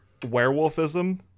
werewolfism